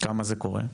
כמה זה קורה?